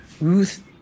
ruth